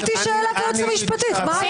מה